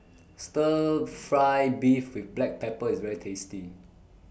Stir Fry Beef with Black Pepper IS very tasty